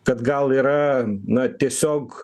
kad gal yra na tiesiog